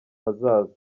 hazaza